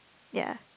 ya